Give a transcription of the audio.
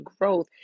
growth